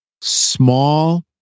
Small